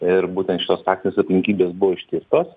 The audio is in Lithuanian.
ir būtent šitos akcijos aplinkybės buvo ištirtos